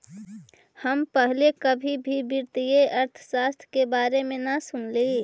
हम पहले कभी भी वित्तीय अर्थशास्त्र के बारे में न सुनली